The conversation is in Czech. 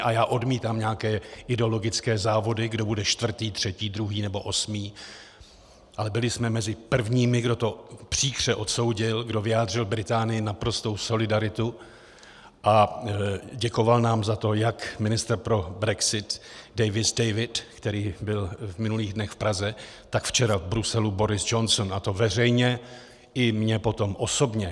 A já odmítám nějaké ideologické závody, kdo bude čtvrtý, třetí, druhý nebo osmý, ale byli jsme mezi prvními, kdo to příkře odsoudil, kdo vyjádřil Británii naprostou solidaritu, a děkoval nám za to jak ministr pro brexit David Davis, který byl v minulých dnech v Praze, tak včera v Bruselu Boris Johnson, a to veřejně i mně potom osobně.